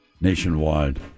nationwide